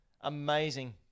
Amazing